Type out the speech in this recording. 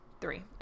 three